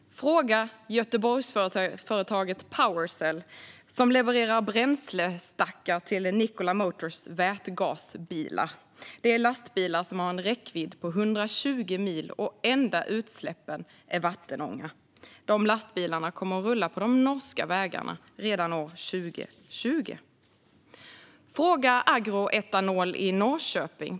Fråga Göteborgsföretaget Powercell! Det levererar bränslestackar till Nikola Motors vätgaslastbilar. Det är lastbilar som har en räckvidd på 120 mil, och deras enda utsläpp är vattenånga. Lastbilarna kommer att rulla på de norska vägarna redan år 2020. Fråga Agroetanol i Norrköping!